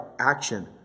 action